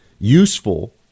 useful